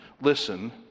Listen